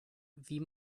wie